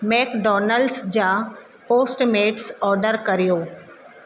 McDonald's जा Postmates order करियो